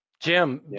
jim